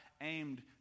aimed